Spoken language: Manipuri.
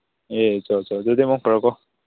ꯑꯦ ꯆꯣ ꯆꯣ ꯑꯗꯨꯗꯤ ꯃꯪ ꯐꯔꯣꯀꯣ